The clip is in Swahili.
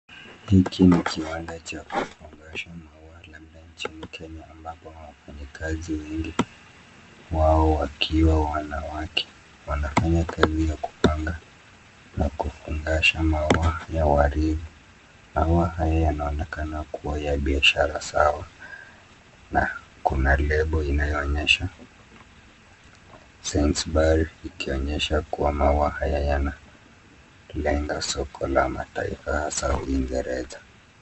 Hiki ni kiwanda cha kufungasha maua labda chemikemi ambapo wafanyikazi wengi wao wakiwa wanawake wanafanya kazi ya kupanga na kufungasha maua ya ua ridi. Maua haya yanaonekana kuwa ya biashara sawa na kuna lebo Sainsbury ikionyesha kuwa maua haya yanalenga soko la mataifa hasa uingereza.